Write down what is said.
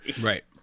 Right